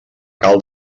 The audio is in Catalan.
cal